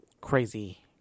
crazy